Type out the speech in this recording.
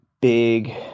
big